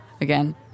again